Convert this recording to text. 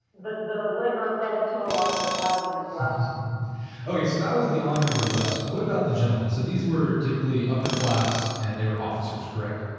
but the liquor lead to a lot of the fighting as well oh, yes, so that was the honor of the roughs. what about the gentlemen. so these were typically upper class and they were officers, correct?